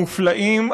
המופלאים,